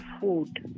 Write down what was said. food